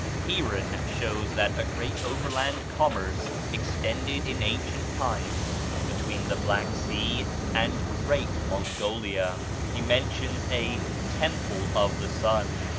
heeren shows that a great overland commerce extended in ancient times between the black sea and great mongolia he mentions a temple of the sun,